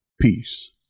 peace